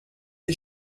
est